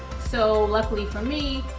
so luckily for me,